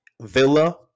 Villa